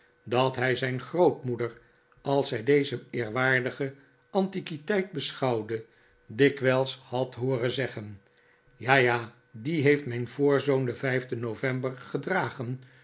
dat hij zijn grootmoeder als zij deze eerwaardige antiquiteit beschouwde dikwijls had hooren zeggen n ja ja die heeft mijn voorzoon den vijfden november gedragen